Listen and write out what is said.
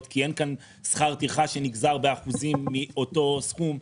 כי אין כאן שכר טרחה שנגזר באחוזים מאותו סכום.